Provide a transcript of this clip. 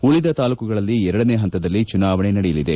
ಉಳಿದ ತಾಲೂಕುಗಳಲ್ಲಿ ಎರಡನೇ ಹಂತದಲ್ಲಿ ಚುನಾವಣೆ ನಡೆಯಲಿದೆ